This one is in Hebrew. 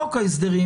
חוק ההסדרים,